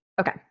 Okay